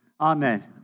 Amen